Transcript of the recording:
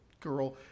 girl